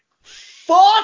fuck